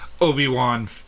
obi-wan